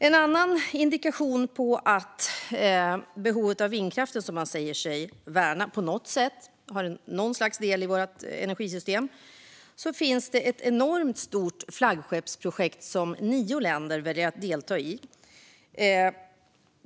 En annan indikation på behovet av vindkraft, som man säger sig värna, och att det har något slags del i vårt energisystem är ett enormt stort flaggskeppsprojekt som nio länder väljer att delta i.